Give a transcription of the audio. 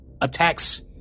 attacks